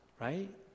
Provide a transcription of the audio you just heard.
right